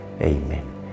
Amen